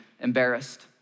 embarrassed